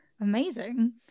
amazing